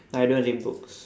I don't read books